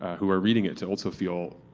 who are reading it, to also feel